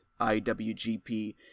IWGP